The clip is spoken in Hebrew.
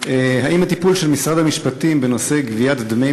האם הטיפול של משרד המשפטים בנושא גביית דמי